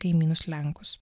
kaimynus lenkus